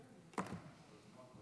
יש שר.